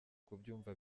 kubyumva